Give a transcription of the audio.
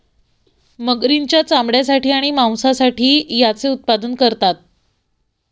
मगरींच्या चामड्यासाठी आणि मांसासाठी याचे उत्पादन करतात